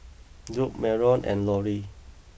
Jobe Marion and Lorie